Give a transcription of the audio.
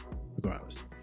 Regardless